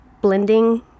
blending